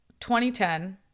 2010